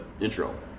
intro